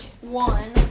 one